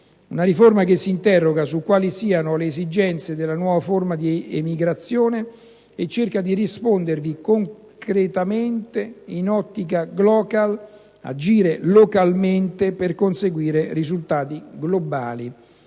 una riforma che si interroga su quali siano le esigenze della nuova forma di emigrazione e cerca di rispondervi concretamente in ottica "*glocal*", quella cioè per la quale occorre agire localmente per conseguire risultati globali.